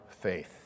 faith